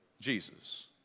Jesus